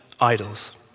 idols